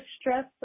stress